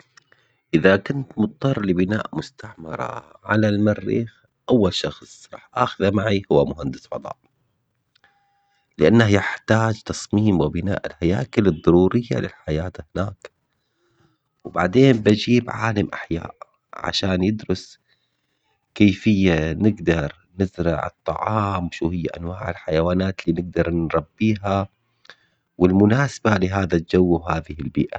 اذا كنت مضطر لبناء مستعمرة على المريخ اول شخص راح اخذه معي هو مهندس فضاء. لانه يحتاج تصميم وبناء الهياكل الضرورية للحياة هناك. وبعدين بجيب عالم احياء عشان يدرس كيفية نزرع الطعام شو هي انواع الحيوانات اللي نقدر نربيها. والمناسبة لهذا الجو وهذه البيئة